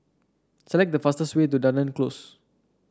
select the fastest way to Dunearn Close